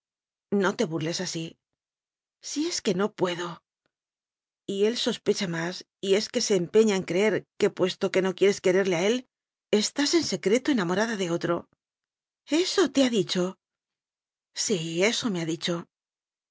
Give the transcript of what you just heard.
no te burles así si es que no puedo y él sospecha más y es que se empeña en creer que puesto que no quieres quererle a él estás en secreto enamorada de otro eso te ha dicho sí eso me ha dicho